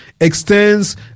extends